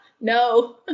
no